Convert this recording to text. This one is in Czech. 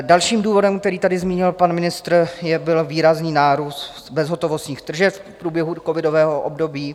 Dalším důvodem, který tady zmínil pan ministr, byl výrazný nárůst bezhotovostních tržeb v průběhu covidového období.